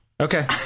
Okay